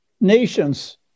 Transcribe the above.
nations